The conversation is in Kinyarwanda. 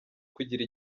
kugira